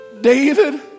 David